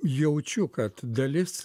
jaučiu kad dalis